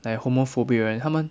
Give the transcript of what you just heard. like homophobic 人他们